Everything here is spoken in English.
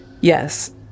Yes